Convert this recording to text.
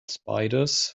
spiders